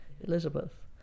Elizabeth